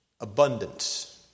abundance